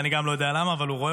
אני גם לא יודע למה, אבל הוא רואה.